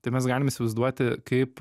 tai mes galim įsivaizduoti kaip